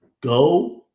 Go